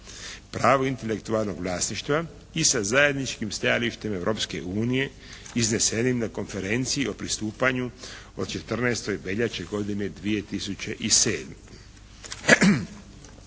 Pravo i intelektualnog vlasništva i sa zajedničkim stajalištem Europske unije iznesenim na Konferenciji o pristupanju od 14. veljače godine 2007.